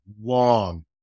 long-